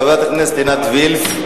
חברת הכנסת עינת וילף.